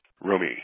Romy